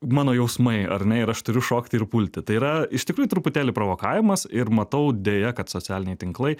mano jausmai ar ne ir aš turiu šokti ir pulti tai yra iš tikrųjų truputėlį provokavimas ir matau deja kad socialiniai tinklai